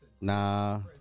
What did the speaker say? Nah